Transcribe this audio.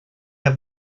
have